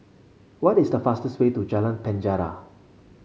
what is the fastest way to Jalan Penjara